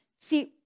See